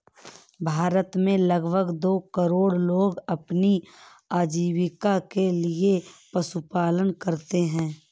भारत में लगभग दो करोड़ लोग अपनी आजीविका के लिए पशुपालन करते है